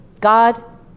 God